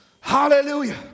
Hallelujah